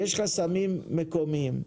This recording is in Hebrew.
יש חסמים מקומיים.